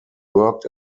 worked